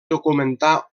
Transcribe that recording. documentar